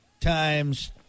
times